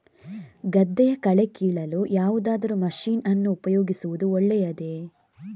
ಗದ್ದೆಯ ಕಳೆ ಕೀಳಲು ಯಾವುದಾದರೂ ಮಷೀನ್ ಅನ್ನು ಉಪಯೋಗಿಸುವುದು ಒಳ್ಳೆಯದೇ?